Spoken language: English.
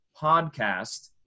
Podcast